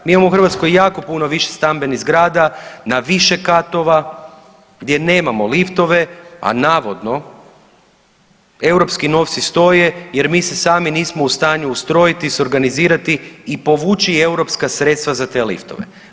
Mi imamo u Hrvatskoj jako puno više stambenih zgrada na više katova, gdje nemamo liftove, a navodno europski novci stoje, jer mi se sami nismo u stanju ustrojiti, organizirati i povući europska sredstva za te liftove.